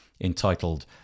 entitled